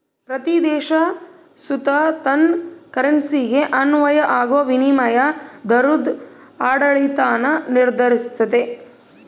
ಪ್ರತೀ ದೇಶ ಸುತ ತನ್ ಕರೆನ್ಸಿಗೆ ಅನ್ವಯ ಆಗೋ ವಿನಿಮಯ ದರುದ್ ಆಡಳಿತಾನ ನಿರ್ಧರಿಸ್ತತೆ